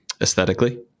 Aesthetically